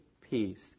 peace